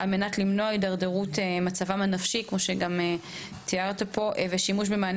על מנת למנוע את התדרדרות מצבם הנפשי ואת הפנייה שלהם למענה